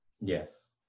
Yes